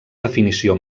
definició